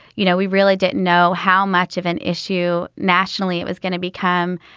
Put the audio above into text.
you know, we really didn't know how much of an issue nationally it was going to become.